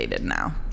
now